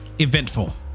eventful